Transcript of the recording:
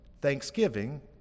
thanksgiving